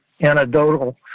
anecdotal